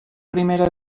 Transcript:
primera